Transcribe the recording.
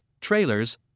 trailers